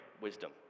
wisdom